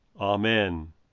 Amen